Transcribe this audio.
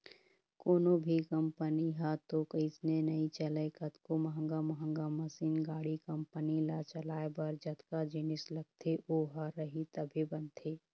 कोनो भी कंपनी ह तो अइसने नइ चलय कतको महंगा महंगा मसीन, गाड़ी, कंपनी ल चलाए बर जतका जिनिस लगथे ओ ह रही तभे बनथे